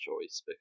choice